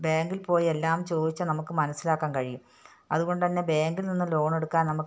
ബാങ്കിൽ പോയി എല്ലാം ചോദിച്ചാൽ നമുക്ക് മനസ്സിലാക്കാൻ കഴിയും അതുകൊണ്ട് തന്നെ ബാങ്കിൽ നിന്ന് ലോണെടുക്കാൻ നമുക്ക്